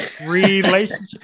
relationship